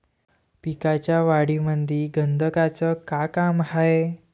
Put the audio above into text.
पिकाच्या वाढीमंदी गंधकाचं का काम हाये?